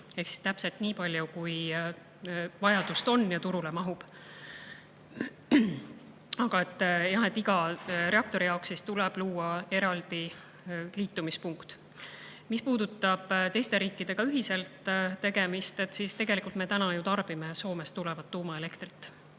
või neli, täpselt nii palju, kui vajadust on ja turule mahub. Aga jah, iga reaktori jaoks tuleb luua eraldi liitumispunkt. Mis puudutab teiste riikidega ühiselt tegemist, siis tegelikult me täna ju tarbime Soomest kaablite kaudu tulevat tuumaelektrit.